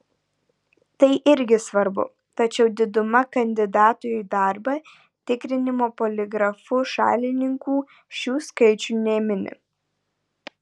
tai irgi svarbu tačiau diduma kandidatų į darbą tikrinimo poligrafu šalininkų šių skaičių nemini